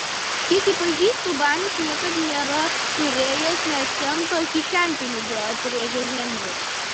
kiek jį pažįstu banis niekad nėra turėjęs nė cento kišenpinigių atrėžė henris